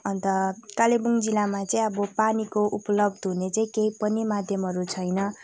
अन्त कालेबुङ जिल्लामा चाहिँ अब पानीको उपलब्ध हुने चाहिँ केही पनि माध्यमहरू छैन